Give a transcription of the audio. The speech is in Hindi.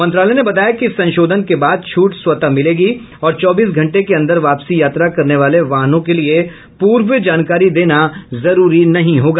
मंत्रालय ने बताया कि इस संशोधन के बाद छूट स्वतः मिलेगी और चौबीस घंटे के अंदर वापसी यात्रा करने वाले वाहनों के लिये पूर्व जानकारी देना जरूरी नहीं होगा